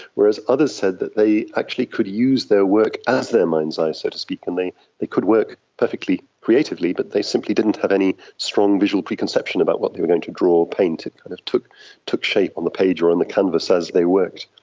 whereas others said that they actually could use their work as their mind's eye, so to speak, and they they could work perfectly creatively but they simply didn't have any strong visual preconception about what they were going to draw or paint, it kind of took took shape on the page or on the canvas as they worked.